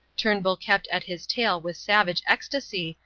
turnbull kept at his tail with savage ecstasy,